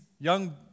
young